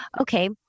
okay